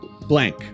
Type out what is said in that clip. blank